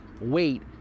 wait